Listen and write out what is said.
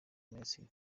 minisitiri